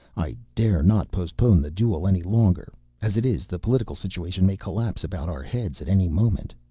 i dare not postpone the duel any longer as it is, the political situation may collapse about our heads at any moment.